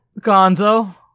Gonzo